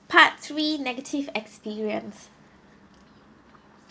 part three negative experience